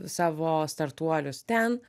savo startuolius ten